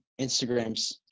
Instagrams